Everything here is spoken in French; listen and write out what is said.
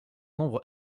nombre